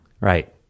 right